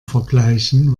vergleichen